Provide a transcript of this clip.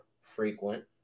frequent